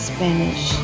Spanish